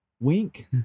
wink